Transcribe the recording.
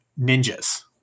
ninjas